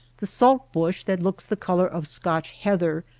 the salt bush that looks the color of scotch heather,